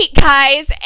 guys